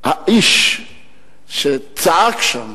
האיש שצעק שם